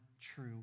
true